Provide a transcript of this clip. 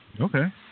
Okay